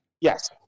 Yes